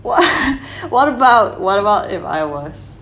well what about what about if I was